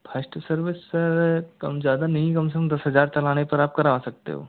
first service sir कम ज़्यादा नहीं कम से कम दस हज़ार चलाने पर आप करा सकते हो